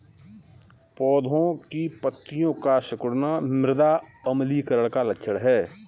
पौधों की पत्तियों का सिकुड़ना मृदा अम्लीकरण का लक्षण है